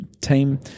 team